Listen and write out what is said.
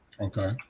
Okay